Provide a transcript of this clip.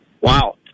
Wow